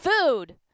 food